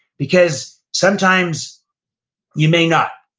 because sometimes you may not.